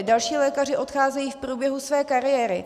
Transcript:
Další lékaři odcházejí v průběhu své kariéry.